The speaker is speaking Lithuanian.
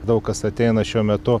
daug kas ateina šiuo metu